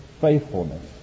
faithfulness